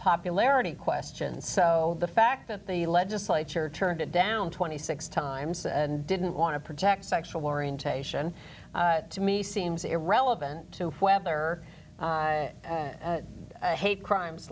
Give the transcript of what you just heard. popularity question so the fact that the legislature turned it down twenty six times and didn't want to protect sexual orientation to me seems irrelevant to whether i hate crimes